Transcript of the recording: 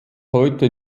heute